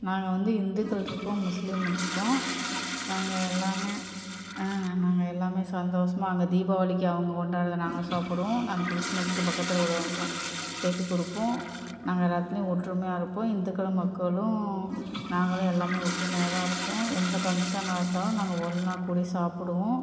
நாங்கள் வந்து இந்துக்களிருக்கோம் முஸ்லீம்னு இருக்கோம் நாங்கள் எல்லாமே நாங்க எல்லாமே சந்தோஷமா அங்கே தீபாவளிக்கு அவங்க கொண்டாடுறத நாங்கள் சாப்பிடுவோம் நாங்கள் கிறிஸ்ட்மஸ்க்கு பக்கத்தில் உள்ளவர்களுக்குலாம் கேக்கு கொடுப்போம் நாங்கள் எல்லாத்திலையும் ஒற்றுமையாக இருப்போம் இந்துக்களும் மக்களும் நாங்களும் எல்லாமே ஒற்றுமையா தான் இருப்போம் எந்த பங்க்ஷன் நடந்தாலும் நாங்கள் ஒன்றா கூடி சாப்பிடுவோம்